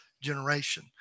generation